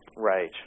right